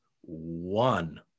one